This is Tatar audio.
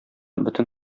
бөтен